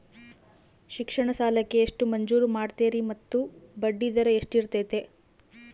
ಶಿಕ್ಷಣ ಸಾಲಕ್ಕೆ ಎಷ್ಟು ಮಂಜೂರು ಮಾಡ್ತೇರಿ ಮತ್ತು ಬಡ್ಡಿದರ ಎಷ್ಟಿರ್ತೈತೆ?